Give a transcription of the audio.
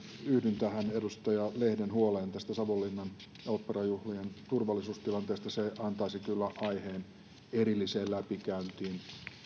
yhdyn edustaja lehden huoleen savonlinnan oopperajuhlien turvallisuustilanteesta se antaisi kyllä aiheen erilliseen läpikäyntiin